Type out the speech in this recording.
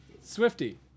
Swifty